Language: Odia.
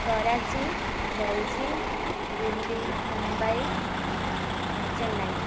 କରାଚି ବେଜିଂ ଦିଲ୍ଲୀ ମୁମ୍ବାଇ ଚେନ୍ନାଇ